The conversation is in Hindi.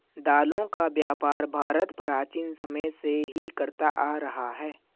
दालों का व्यापार भारत प्राचीन समय से ही करता आ रहा है